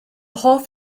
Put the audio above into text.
hoff